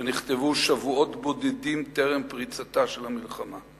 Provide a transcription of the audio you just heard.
שנכתבו שבועות בודדים טרם פריצתה של המלחמה.